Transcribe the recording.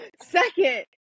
Second